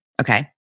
Okay